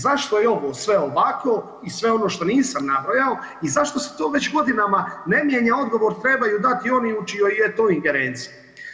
Zašto je ovo sve ovako i sve ono što nisam nabrojao i zašto se to već godinama ne mijenja odgovor trebaju dati oni u čijoj je to ingerenciji.